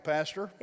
Pastor